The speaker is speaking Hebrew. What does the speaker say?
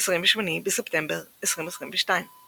28 בספטמבר 2022 ==